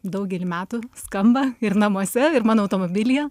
daugelį metų skamba ir namuose ir mano automobilyje